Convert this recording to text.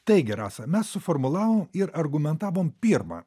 taigi rasa mes suformulavom ir argumentavom pirmą